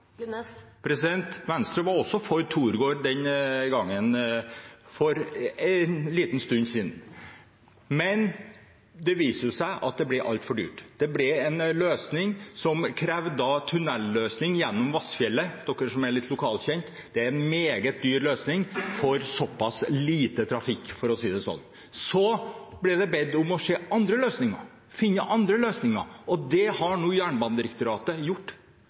Venstre var også for Torgård den gangen, for en liten stund siden, men det viste seg at det ble altfor dyrt. Det ble en løsning som krevde tunnelløsning gjennom Vassfjellet – for dem som er litt lokalkjent. Det er en meget dyr løsning for så pass lite trafikk, for å si det sånn. Så ble det bedt om å se på andre løsninger, finne andre løsninger, og det har nå Jernbanedirektoratet gjort.